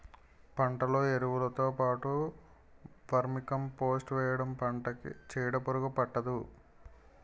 పంటలో ఎరువులుతో పాటు వర్మీకంపోస్ట్ వేయడంతో పంటకి చీడపురుగు పట్టదు